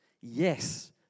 Yes